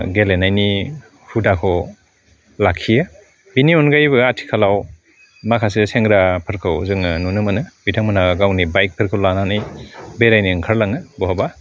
गेलेनायनि हुदाखौ लाखियो बेनि अनगायैबो आथिखालाव माखासे सेंग्राफोरखौ जोङो नुनो मोनो बिथांनहा गावनि बाइकफोरखौ लानानै बेरायनो ओंखारलाङो